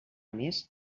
més